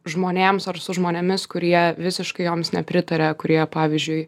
žmonėms ar su žmonėmis kurie visiškai joms nepritaria kurie pavyzdžiui